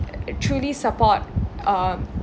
truly support um